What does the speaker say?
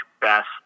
best